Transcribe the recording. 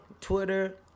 Twitter